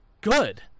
Good